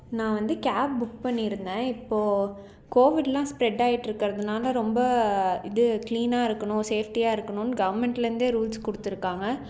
நான் வந்து cab book பண்ணியிருந்தேன் இப்போது கோவிட்லாம் ஸ்ப்ரெட் ஆயிட்ருக்கிறதுனால ரொம்ப இது கிளீனாக இருக்கணும் சேஃப்ட்டியாக இருக்கணும்னு கவர்மெண்ட்லேருந்தே ரூல்ஸ் கொடுத்துருக்காங்க